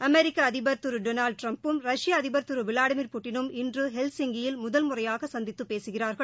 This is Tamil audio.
அமெிக்க அதிபர் திரு டொனால்ட் ட்ரம்பும் ரஷ்ய அதிபர் திரு விளாடிமிர் புடினும் இன்று ஹெல்சிங்கியில் முதன்முறையாக சந்தித்து பேசுகிறார்கள்